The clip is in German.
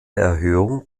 erhöhung